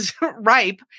ripe